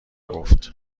گفت